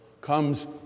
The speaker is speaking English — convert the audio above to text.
comes